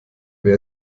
wer